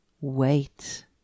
Wait